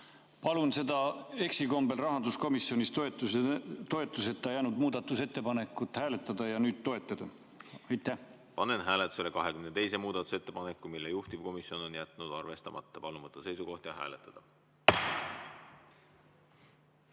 Palun seda rahanduskomisjonis eksikombel toetuseta jäänud muudatusettepanekut hääletada ja nüüd toetada. Panen hääletusele 22. muudatusettepaneku, mille juhtivkomisjon on jätnud arvestamata. Palun võtta seisukoht ja hääletada!